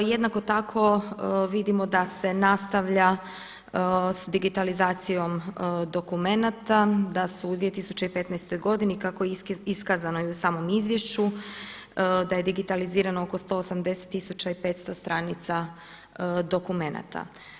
Jednako tako vidimo da se nastavlja sa digitalizacijom dokumenata da su u 2015. godini kako je iskazano i u samom izvješću, da je digitalizirano oko 180 tisuća i 500 stranica dokumenata.